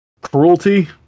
Cruelty